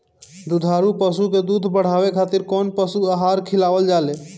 दुग्धारू पशु के दुध बढ़ावे खातिर कौन पशु आहार खिलावल जाले?